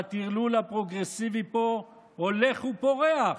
והטרלול הפרוגרסיבי פה הולך ופורח.